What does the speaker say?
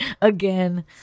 Again